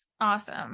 Awesome